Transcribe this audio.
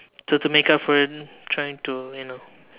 so to make up for it trying to you know